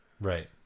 Right